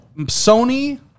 Sony